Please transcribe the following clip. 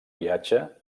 viatge